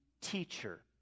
teacher